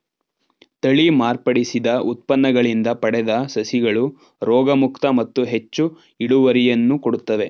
ತಳಿ ಮಾರ್ಪಡಿಸಿದ ಉತ್ಪನ್ನಗಳಿಂದ ಪಡೆದ ಸಸಿಗಳು ರೋಗಮುಕ್ತ ಮತ್ತು ಹೆಚ್ಚು ಇಳುವರಿಯನ್ನು ಕೊಡುತ್ತವೆ